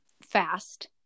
fast